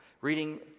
reading